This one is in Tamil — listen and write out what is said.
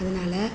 அதனால்